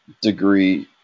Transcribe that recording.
degree